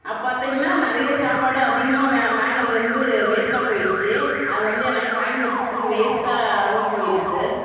அப்போ பார்த்திங்கன்னா நிறையா சாப்பாடு அதிகமாக மேலே வந்து வேஸ்ட்டாக போயிடுச்சு அது வந்து என்னால் பயன்படுத்துறத்துக்கு வேஸ்ட்டாகவும் போயிடுத்சு